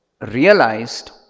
realized